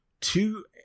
two